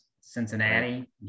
Cincinnati